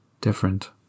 different